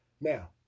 Now